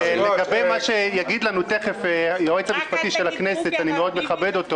לגבי מה שיגיד לנו תכף היועץ המשפטי של הכנסת שאני מאוד מכבד,